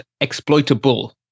exploitable